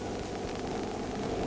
what